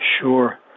Sure